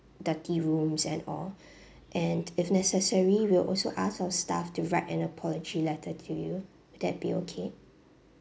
dirty rooms and all and if necessary we'll also ask our staff to write an apology letter to you would that be okay